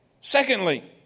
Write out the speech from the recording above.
Secondly